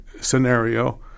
scenario